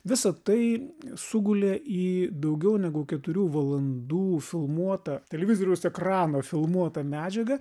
visa tai sugulė į daugiau negu keturių valandų filmuotą televizoriaus ekrano filmuotą medžiagą